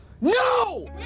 no